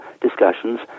discussions